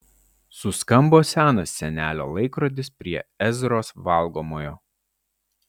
suskambo senas senelio laikrodis prie ezros valgomojo